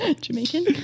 Jamaican